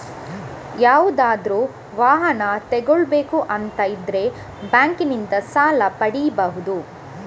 ಯಾವುದಾದ್ರೂ ವಾಹನ ತಗೊಳ್ಬೇಕು ಅಂತ ಇದ್ರೆ ಬ್ಯಾಂಕಿನಿಂದ ಸಾಲ ಪಡೀಬಹುದು